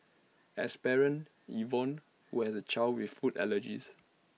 as parent Yvonne who has child with food allergies